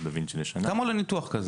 דה וינצ'י לשנה --- כמה עולה ניתוח כזה?